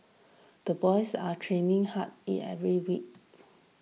the boys are training hard eat every week